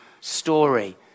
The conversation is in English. story